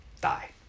die